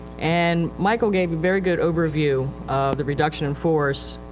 and michael gave a very good overview of the reduction in force.